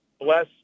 bless